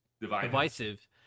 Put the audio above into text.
divisive